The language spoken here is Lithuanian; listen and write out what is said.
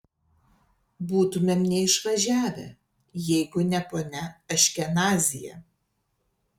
būtumėm neišvažiavę jeigu ne ponia aškenazyje